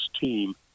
team